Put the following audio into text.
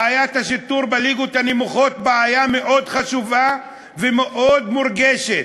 בעיית השיטור בליגות הנמוכות היא בעיה מאוד חשובה ומאוד מורגשת,